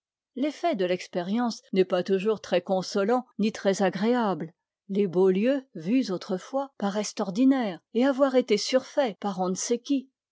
l'effet de l'expérience n'est pas toujours très consolant ni très agréable les beaux lieux vus autrefois paraissent ordinaires et avoir été surfaits par on ne sait qui